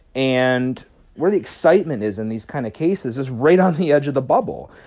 and where the excitement is in these kind of cases is right on the edge of the bubble.